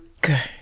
Good